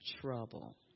trouble